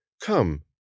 Come